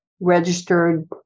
registered